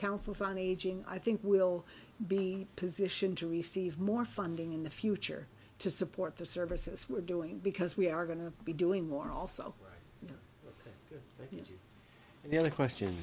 councils on aging i think will be positioned to receive more funding in the future to support the services we're doing because we are going to be doing more also and the question